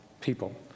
people